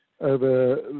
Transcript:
over